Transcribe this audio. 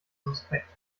suspekt